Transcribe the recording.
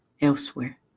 elsewhere